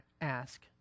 ask